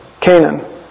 Canaan